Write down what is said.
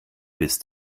bist